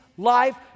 Life